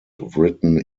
written